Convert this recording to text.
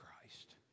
Christ